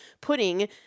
putting